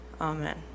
Amen